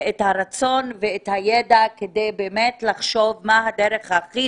הרצון והידע כדי באמת לחשוב מהי הדרך הכי